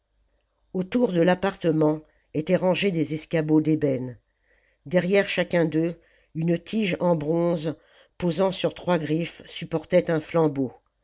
autour de l'appartement étaient rangés des escabeaux d'ébène derrière chacun d'eux une tige en bronze posant sur trois griffes supportait un flambeau